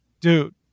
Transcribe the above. dude